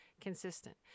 consistent